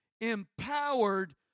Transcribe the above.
empowered